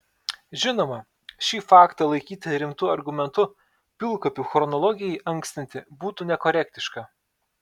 žinoma šį faktą laikyti rimtu argumentu pilkapių chronologijai ankstinti būtų nekorektiška